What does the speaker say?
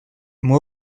moi